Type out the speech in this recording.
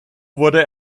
wurde